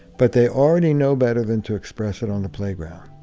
but they already know better than to express it on the playground.